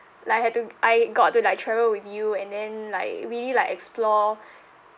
like I had to I got to like travel with you and then like really like explore